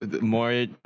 more